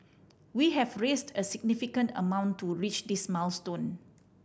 we have raised a significant amount to reach this milestone